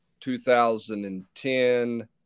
2010